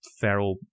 feral